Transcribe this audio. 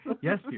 Yes